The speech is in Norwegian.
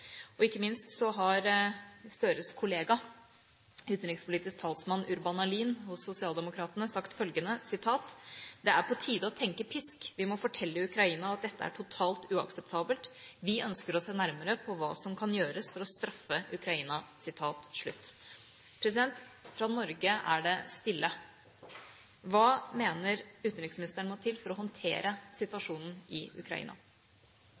og ikke minst har Gahr Støres kollega, utenrikspolitisk talsmann Urban Ahlin hos Socialdemokraterna, sagt at det er på tide å tenke pisk – vi må fortelle Ukraina at dette er totalt uakseptabelt, og at vi ønsker å se nærmere på hva som kan gjøres for å straffe Ukraina. Fra Norge er det stille. Hva mener utenriksministeren må til for å håndtere situasjonen i Ukraina?